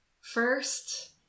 first